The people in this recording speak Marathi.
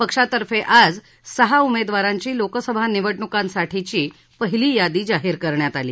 पक्षातर्फे आज सहा उमेदवारांची लोकसभा निवडणुकांसाठीची पहिली यादी जाहीर करण्यात आली